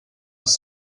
els